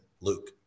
Luke